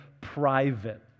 private